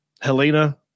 Helena